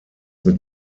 mit